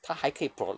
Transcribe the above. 他还可以 pro~